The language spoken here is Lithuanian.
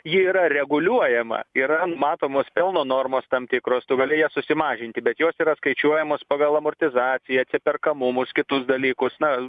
ji yra reguliuojama yra numatomos pelno normos tam tikros tu gali jas susimažinti bet jos yra skaičiuojamos pagal amortizaciją atsiperkamumus kitus dalykus na